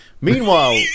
Meanwhile